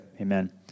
amen